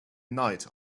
night